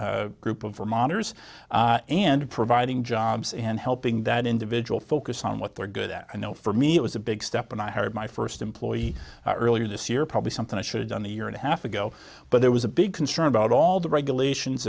greater group of vermonters and providing jobs and helping that individual focus on what they're good at i know for me it was a big step and i hired my first employee earlier this year probably something i should've done a year and a half ago but there was a big concern about all the regulations